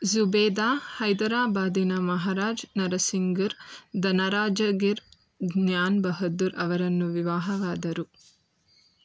ಜುಬೇದಾ ಹೈದರಾಬಾದಿನ ಮಹಾರಾಜ್ ನರಸಿಂಗಿರ್ ಧನರಾಜಗಿರ್ ಜ್ಞಾನ್ ಬಹದ್ದೂರ್ ಅವರನ್ನು ವಿವಾಹವಾದರು